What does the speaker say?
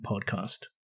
podcast